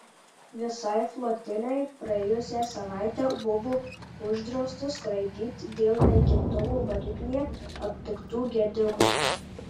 visai flotilei praėjusią savaitę buvo uždrausta skraidyti dėl naikintuvo variklyje aptiktų gedimų